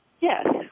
Yes